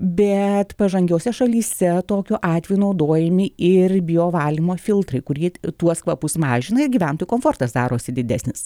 bet pažangiose šalyse tokiu atveju naudojami ir bio valymo filtrai kurie tuos kvapus mažina gyventojų komfortas darosi didesnis